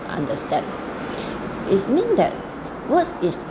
understand is mean that what is